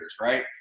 right